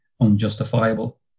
unjustifiable